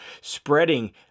spreading